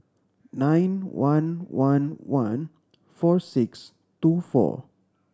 nine one one one four six two four